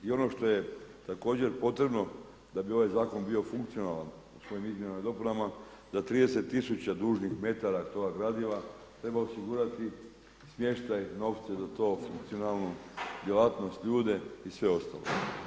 I ono što je također potrebno da bi ovaj zakon bio funkcionalan u svojim izmjenama i dopunama, da 30 tisuća dužnih metara toga gradiva treba osigurati smještaj, novce za to, funkcionalnu djelatnost, ljude i sve ostalo.